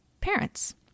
parents